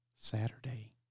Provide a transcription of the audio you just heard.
Saturday